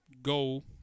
Go